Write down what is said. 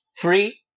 Three